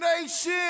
Nation